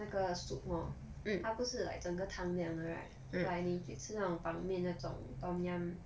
那个 soup hor 吗它不是 like 整个汤这样的 right like 你去吃那种板面那种 tom yum